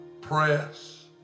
press